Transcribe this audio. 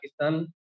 Pakistan